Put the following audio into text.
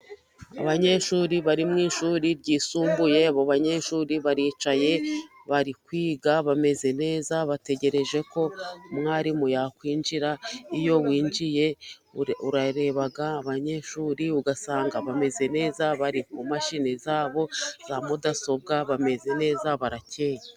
Abanyeshuri bari mu ishuri ryisumbuye, abo banyeshuri baricaye bari kwiga bameze neza bategereje ko umwarimu yakwinjira, iyo winjiye urareba abanyeshuri ugasanga bameze neza bari kumashini zabo za mudasobwa bameze neza barakeye.